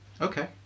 Okay